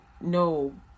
No